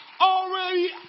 already